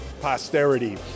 posterity